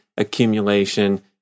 accumulation